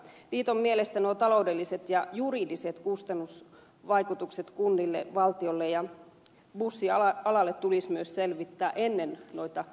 liiton mielestä nuo taloudelliset ja juridiset kustannusvaikutukset kunnille valtiolle ja bussialalle tulisi myös selvittää ennen noita kuntakierroksia